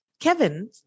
Kevin